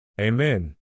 Amen